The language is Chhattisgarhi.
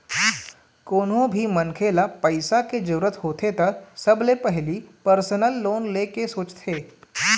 कोनो भी मनखे ल पइसा के जरूरत होथे त सबले पहिली परसनल लोन ले के सोचथे